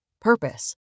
Purpose